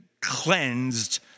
cleansed